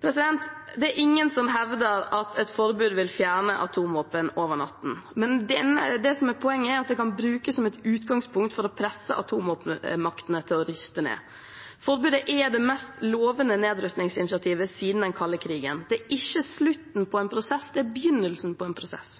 Det er ingen som hevder at et forbud vil fjerne atomvåpen over natten. Poenget er at det kan brukes som et utgangspunkt for å presse atomvåpenmaktene til å ruste ned. Forbudet er det mest lovende nedrustningsinitiativet siden den kalde krigen. Det er ikke slutten på en prosess. Det er begynnelsen på en prosess.